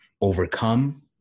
overcome